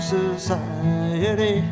society